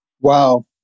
Wow